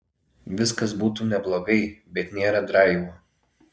viskas būtų neblogai bet nėra draivo